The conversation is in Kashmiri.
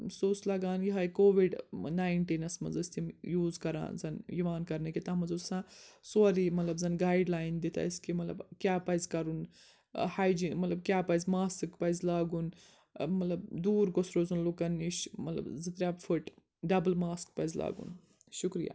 سُہ اوس لگان یِہٲے کوٚوِڈ ناینٹیٖنس منٛز ٲسۍ تِم یوٗز کَران زن یِوان کرنہٕ کہِ تتھ منٛز اوس آسان سورٕے مطلب زن گایڈ لایِن دِتھ اسہِ کہِ مطلب کیٛاہ پَزِ کَرُن ٲں ہایجیٖن مطلب کیٛاہ پَزِ ماسٕک پَزِ لاگُن ٲں مطلب دوٗر گوٚژھ روزُن لوٗکن نِشۍ مطلب زٕ ترٛےٚ فُٹ ڈبٕل ماسٕک پَزِ لاگُن شُکریہ